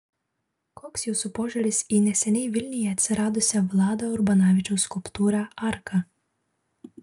koks jūsų požiūris į neseniai vilniuje atsiradusią vlado urbanavičiaus skulptūrą arka